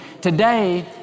Today